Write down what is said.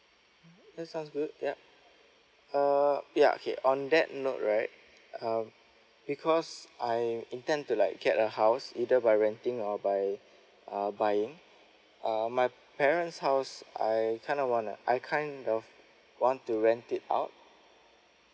that's sounds good yup uh ya okay on that note right um because I intend to like get a house either by renting or by uh buying uh my parents' house I kinda wanna I kind of want to rent it out